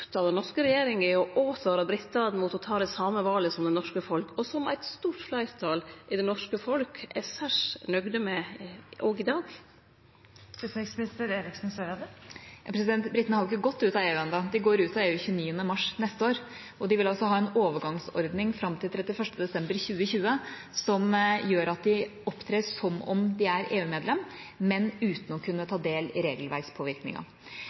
av den norske regjeringa å åtvare britane mot å ta det same valet som det norske folk, og som eit stort fleirtal i det norske folk er særs nøgd med òg i dag? Britene har ikke gått ut av EU enda, de går ut av EU 29. mars neste år, og de vil ha en overgangsordning fram til 31. desember 2020 som gjør at de opptrer som om de er EU-medlem, men uten å kunne ta del i